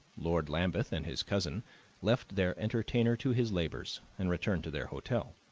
lord lambeth and his cousin left their entertainer to his labors and returned to their hotel,